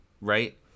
right